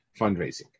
fundraising